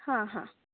हां हां